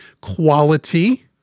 quality